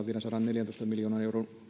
vielä sadanneljäntoista miljoonan euron